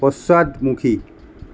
পশ্চাদমুখী